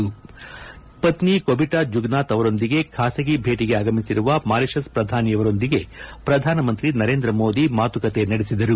ಅವರ ಪತ್ನಿ ಕೊಬಿಟಾ ಜುಗ್ನಾಥ್ ಅವರೊಂದಿಗೆ ಖಾಸಗಿ ಭೇಟಿಗೆ ಆಗಮಿಸಿರುವ ಮಾರಿಶಿಸ್ ಪ್ರಧಾನಿಯವರೊಂದಿಗೆ ಪ್ರಧಾನಮಂತ್ರಿ ನರೇಂದ್ರ ಮೋದಿ ಮಾತುಕತೆ ನಡೆಸಿದರು